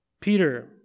Peter